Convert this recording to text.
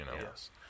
yes